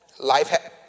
Life